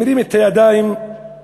אתה מרים את הידיים לשמים,